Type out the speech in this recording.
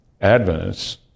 adventists